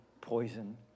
poison